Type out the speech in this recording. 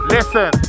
Listen